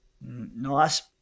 Nice